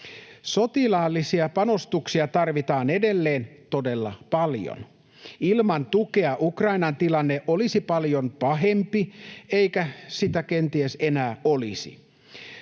Sotilaallisia panostuksia tarvitaan edelleen todella paljon. Ilman tukea Ukrainan tilanne olisi paljon pahempi, eikä sitä kenties enää olisi.